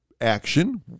action